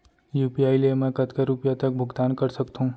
UPI ले मैं कतका रुपिया तक भुगतान कर सकथों